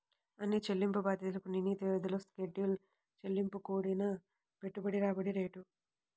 అన్ని చెల్లింపు బాధ్యతలకు నిర్ణీత వ్యవధిలో షెడ్యూల్ చెల్లింపు కూడిన పెట్టుబడి రాబడి రేటు